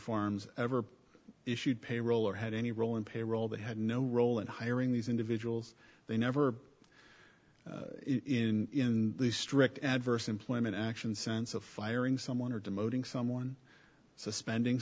farms ever issued payroll or had any role in payroll they had no role in hiring these individuals they never in the strict adverse employment action sense of firing someone or demoting someone suspending